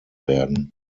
werden